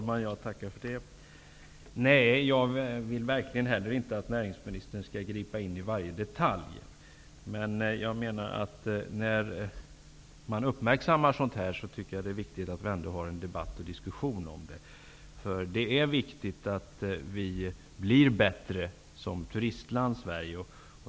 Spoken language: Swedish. Herr talman! Jag vill verkligen inte heller att näringsministern skall gripa in i varje detalj. Jag menar emellertid att det när sådant här uppmärksammas är viktigt med en debatt. Det är viktigt att Sverige blir bättre som turistland.